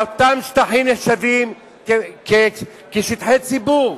אותם שטחים נחשבים לשטחי ציבור,